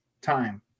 time